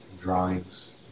Drawings